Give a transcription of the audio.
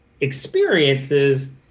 experiences